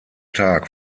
tag